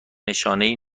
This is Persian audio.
شانهای